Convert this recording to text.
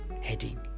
heading